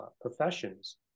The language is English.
professions